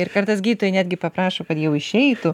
ir kartais gydytojai netgi paprašo kad jau išeitų